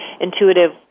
intuitive